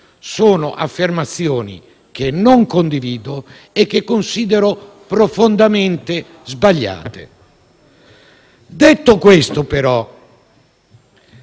Sono affermazioni che non condivido e che considero profondamente sbagliate. Detto questo,